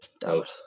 Doubt